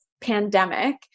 pandemic